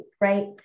right